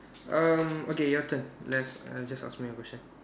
um okay your turn let's uh just ask me a question